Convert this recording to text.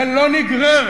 היא כאן לא נגררת,